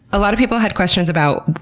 a lot of people had questions about,